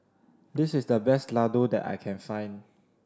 this is the best Ladoo that I can find